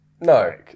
no